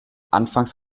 anfangs